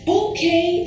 okay